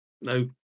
no